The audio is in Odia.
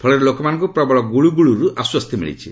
ଫଳରେ ଲୋକମାନଙ୍କୁ ପ୍ରବଳ ଗୁଳୁଗୁଳିରୁ ଆଶ୍ୱସ୍ତି ମିଳିଛି